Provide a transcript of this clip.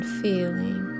feeling